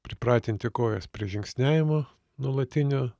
pripratinti kojas prie žingsniavimo nuolatinio